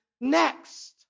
next